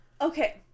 Okay